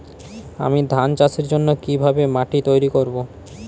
আমি ধান চাষের জন্য কি ভাবে মাটি তৈরী করব?